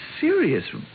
serious